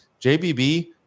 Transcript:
JBB